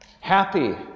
Happy